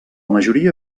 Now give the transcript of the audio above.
majoria